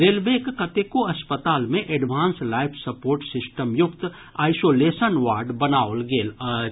रेलवेक कतेको अस्पताल मे एडवांस लाईफ सपोर्ट सिस्टम युक्त आईसोलेशन वार्ड बनाओल गेल अछि